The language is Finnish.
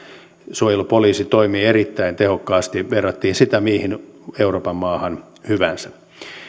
suojelupoliisi toimii erittäin tehokkaasti verrattiin sitä mihin euroopan maahan hyvänsä